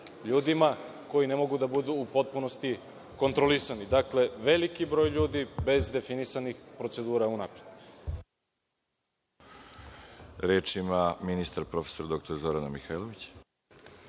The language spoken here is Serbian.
ljudima koji ne mogu da budu potpunosti kontrolisani. Dakle, veliki broj ljudi bez definisanih procedura unapred. **Veroljub Arsić** Reč ima ministar, prof. dr Zorana Mihajlović.